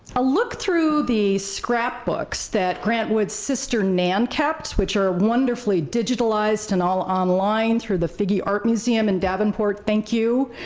a look through the scrapbooks that grant wood's sister, nan kept, which are wonderfully digitalized and all online through the figge art museum in davenport, thank you,